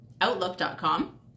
outlook.com